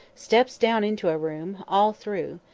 steps down into a room, all through.